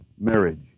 marriage